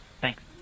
Thanks